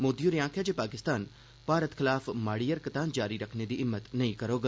मोदी होरें आक्खेया जे पाकिस्तान भारत खिलाफ माड़ी हरकतां जारी रखने दी हिम्मत नेई करग